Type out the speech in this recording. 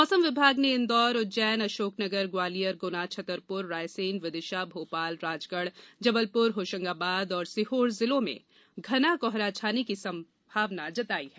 मौसम विभाग ने इंदौर उज्जैनअशोकनगर ग्वालियर गुना छतरपुर रायसेन विदिशा भोपाल राजगढ़ जबलपुर होशंगाबाद और सीहोर जिले में घना कोहरा छाने की संभावना जताई है